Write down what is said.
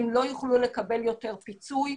הן לא יוכלו לקבל יותר פיצוי,